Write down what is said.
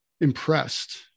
impressed